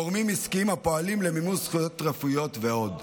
גורמים עסקיים הפועלים למימוש זכויות רפואיות ועוד.